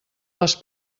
les